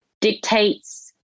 dictates